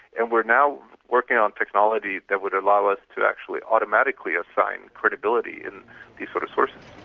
and we're now working on technology that would allow us to actually automatically assign credibility in these sort of sources.